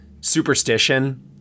superstition